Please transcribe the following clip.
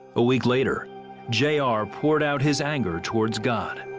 a week later j r. poured out his anger towards god.